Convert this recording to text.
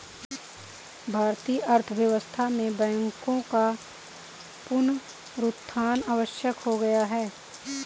भारतीय अर्थव्यवस्था में बैंकों का पुनरुत्थान आवश्यक हो गया है